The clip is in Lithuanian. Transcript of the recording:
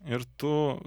ir tu